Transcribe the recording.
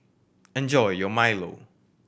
enjoy your milo